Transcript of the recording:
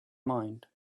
mind